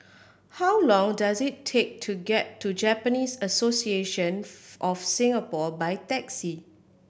how long does it take to get to Japanese Association of Singapore by taxi